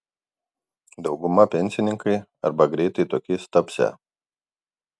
dauguma pensininkai arba greitai tokiais tapsią